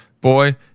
Boy